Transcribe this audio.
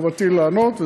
חובתי לענות,